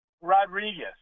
Rodriguez